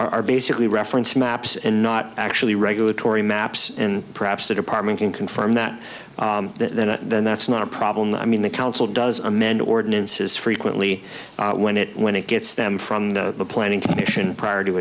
are basically reference maps and not actually regulatory maps and perhaps the department can confirm that that that's not a problem i mean the council does amend ordinances frequently when it when it gets them from the planning commission prior to